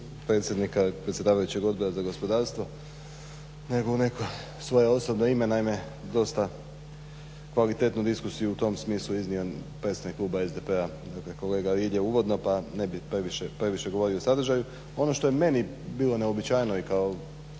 predsjednika predsjedavajućeg Odbora za gospodarstvo nego u neko svoje osobno ime. naime, dosta kvalitetnu diskusiju u tom smislu iznio predsjednik kluba SDP-a dakle kolega Rilje uvodno pa ne bih previše govorio o sadržaju. Ono što je meni bilo neuobičajeno i kao